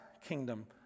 kingdom